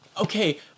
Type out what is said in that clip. okay